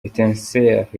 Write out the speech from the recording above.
etincelles